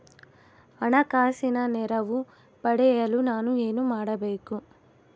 ಹಣಕಾಸಿನ ನೆರವು ಪಡೆಯಲು ನಾನು ಏನು ಮಾಡಬೇಕು?